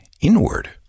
inward